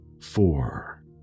four